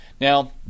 Now